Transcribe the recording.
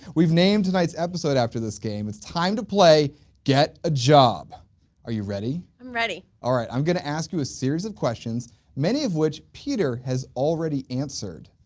we've named tonight's episode after this game it's time to play get a job are you ready? i'm ready! alright i'm gonna ask you a series of questions many of which peter has already answered.